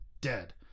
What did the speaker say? dead